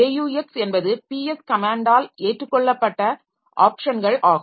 aux என்பது ps கமேன்ட்டால் ஏற்றுக்கொள்ளப்பட்ட ஆப்ஷன்கள் ஆகும்